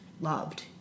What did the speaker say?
loved